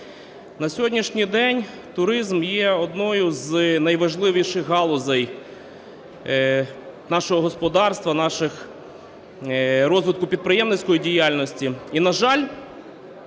На сьогоднішній день туризм є однією з найважливіших галузей нашого господарства, розвитку підприємницької діяльності.